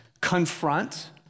confront